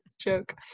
joke